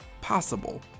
possible